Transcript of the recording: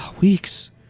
Weeks